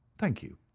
thank you!